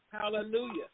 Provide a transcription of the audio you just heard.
Hallelujah